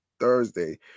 Thursday